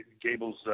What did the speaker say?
Gable's